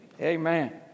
Amen